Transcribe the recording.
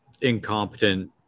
incompetent